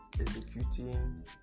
executing